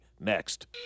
next